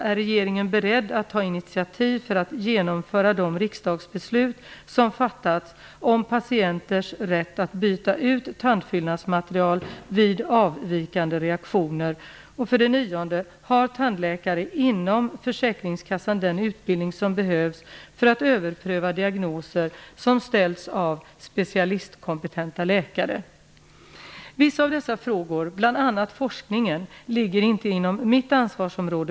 Är regeringen beredd att ta initiativ för att genomföra de riksdagsbeslut som fattats om patienters rätt att byta ut tandfyllnadsmaterial vid avvikande reaktioner? 9. Har tandläkare inom Försäkringskassan den utbildning som behövs för att överpröva diagnoser som ställs av specialistkompetenta läkare? Vissa av dessa frågor, bl.a. forskningen, ligger inte inom mitt ansvarsområde.